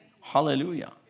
hallelujah